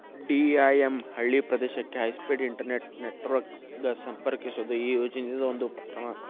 DIM ಹಳ್ಳಿ ಪ್ರದೇಶಕ್ಕೆ high speed internet network ಗ ಸಂಪರ್ಕಿಸೋದು ಈ ಯೋಜನಿದ್ ಒಂದು ಉಪಕ್ರಮ